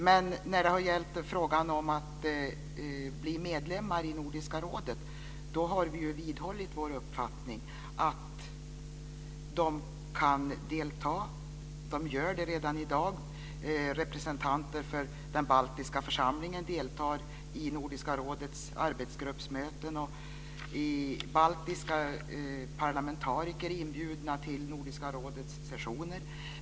Men när det har gällt frågan om att bli medlemmar i Nordiska rådet har vi vidhållit vår uppfattning att de kan delta. Det gör de redan i dag. Representanter för den baltiska församlingen deltar i Nordiska rådets arbetsgruppsmöten, och baltiska parlamentariker är inbjudna till Nordiska rådets sessioner.